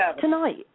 tonight